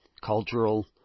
Cultural